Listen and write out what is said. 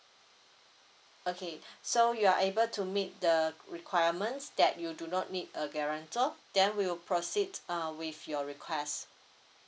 okay so you are able to meet the requirements that you do not need a guarantor then we'll proceed uh with your request